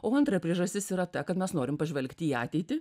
o antra priežastis yra ta kad mes norim pažvelgti į ateitį